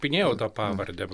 minėjau tą pavardę